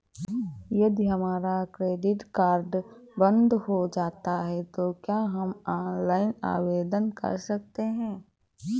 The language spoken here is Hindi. यदि हमारा क्रेडिट कार्ड बंद हो जाता है तो क्या हम ऑनलाइन आवेदन कर सकते हैं?